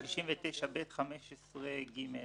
בסעיף 69ב15(ג),